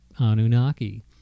Anunnaki